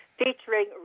featuring